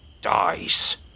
dies